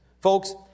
Folks